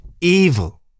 evil